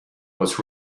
was